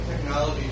technology